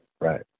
right